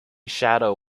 shadow